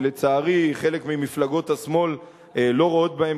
שלצערי חלק ממפלגות השמאל לא רואות בהם